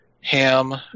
Ham